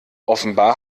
offenbar